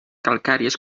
calcàries